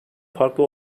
farklı